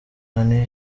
honey